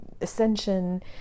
ascension